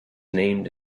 named